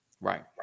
Right